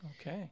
okay